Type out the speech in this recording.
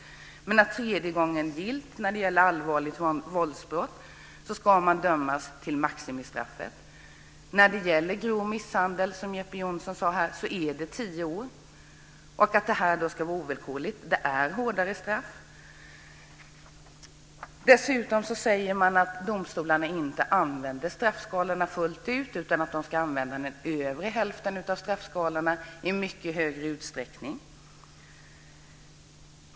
När det är tredje gången gillt, och när det gäller allvarligt våldsbrott, ska man döma till maximistraffet. Vad beträffar grov misshandel, som Jeppe Johnsson tog upp, är det tio år som gäller. Det ska vara ovillkorligt. Det innebär hårdare straff. Dessutom säger man att domstolarna inte använder straffskalorna fullt ut utan att de ska använda den övre hälften av straffskalorna i mycket större utsträckning.